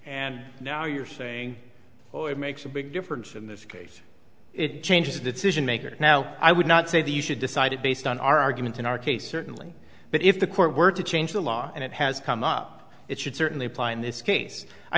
and now you're saying it makes a big difference in this case it changes the decision maker now i would not say that you should decide it based on our arguments in our case certainly but if the court were to change the law and it has come up it should certainly apply in this case i